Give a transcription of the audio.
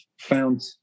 found